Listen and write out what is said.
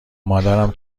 مادرم